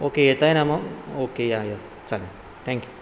okay येत आहे ना मग ओके या या चालेल थँक्यू